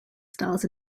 styles